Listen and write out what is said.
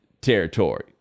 territory